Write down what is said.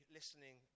listening